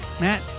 Matt